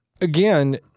again